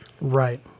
right